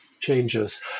changes